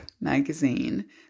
Magazine